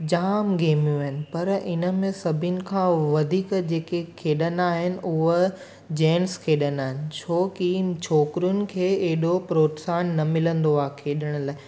जामु गेमियूं आहिनि पर इन में सभिनि खां वधीक जेको खेॾंदा आहिनि उहा जैंट्स खेॾंदा आहिनि छो की छोकिरियुनि खे एॾो प्रोत्साहन न मिलंदो आहे खेॾण लाइ